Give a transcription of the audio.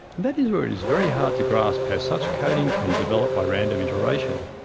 that is where it is very hard to grasp how such coding can develop by random iteration.